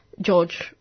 George